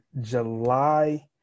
July